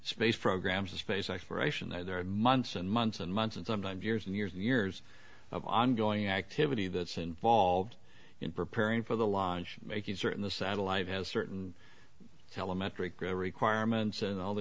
space program space exploration there are months and months and months and sometimes years and years and years of ongoing activity that's involved in preparing for the longe making certain the satellite has certain elementary requirements and all the